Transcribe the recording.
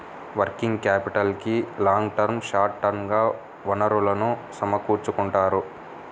working క్యాపిటల్కి long term, short term గా వనరులను సమకూర్చుకుంటారు